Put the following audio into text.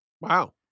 Wow